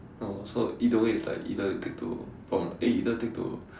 ya lor so either way is like either take to prome~ eh either take to